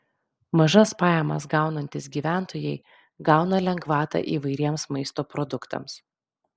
mažas pajamas gaunantys gyventojai gauna lengvatą įvairiems maisto produktams